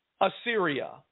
assyria